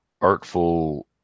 artful